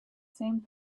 same